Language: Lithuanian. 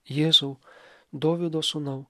jėzau dovydo sūnau